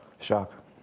Shock